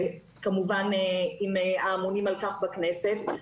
וכמובן עם האמונים על כך בכנסת.